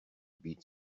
beat